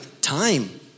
time